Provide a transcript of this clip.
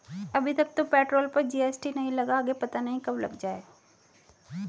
अभी तक तो पेट्रोल पर जी.एस.टी नहीं लगा, आगे पता नहीं कब लग जाएं